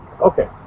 okay